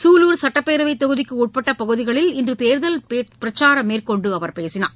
சூலூர் சட்டப்பேரவைத் தொகுதிக்கு உட்பட்ட பகுதிகளில் இன்று தேர்தல் பிரச்சாரம் மேற்கொண்டு அவர் பேசினார்